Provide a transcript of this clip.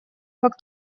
как